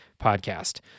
podcast